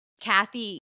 Kathy